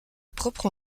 propre